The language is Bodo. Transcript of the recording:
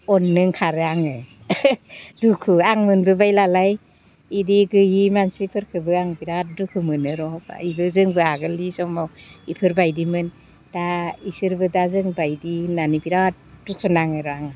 अननो ओंखारो आङो दुखु आं मोनबोबाय नालाय इदि गैयि मानसिफोरखोबो आं बिराद दुखु मोनोर' इबो जोंबो आगोलनि समाव इफोरबायदिमोन दा इसोरबो दा जोंबायदि होननानै बिराद दुखु नाङो र' आं